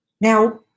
Now